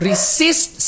Resist